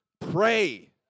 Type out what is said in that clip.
pray